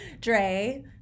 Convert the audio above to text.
Dre